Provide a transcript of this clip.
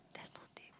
there's no table